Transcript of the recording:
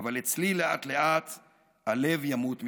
/ אבל אצלי לאט-לאט / הלב ימות מבפנים".